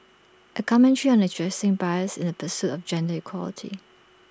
A commentary on addressing bias in the pursuit of gender equality